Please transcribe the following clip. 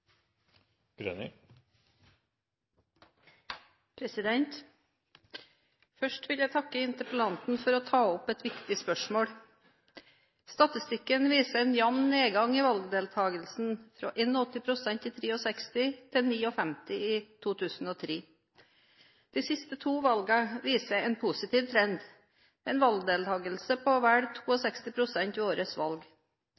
viktigste. Først vil jeg takke interpellanten for å ta opp et viktig spørsmål. Statistikken viser en jevn nedgang i valgdeltagelse, fra 81 pst. i 1963 til 59 pst. i 2003. De to siste valgene viser en positiv trend, med en valgdeltagelse på vel